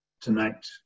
tonight